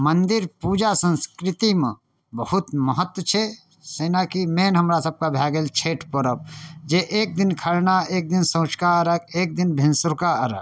मन्दिर पूजा संस्कृतिमे बहुत महत्व छै जेनाकि मेन हमरा सबके भऽ गेल छठि परब जे एक दिन खरना एक दिन सँझुका अर्घ्य एक दिन भिनसुरका अर्घ्य